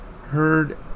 heard